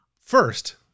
First